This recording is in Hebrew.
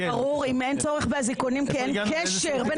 ומכאן ההתייחסות שלנו.